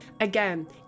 Again